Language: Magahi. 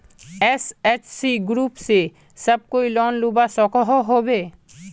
एस.एच.जी ग्रूप से सब कोई लोन लुबा सकोहो होबे?